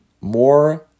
More